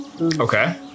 Okay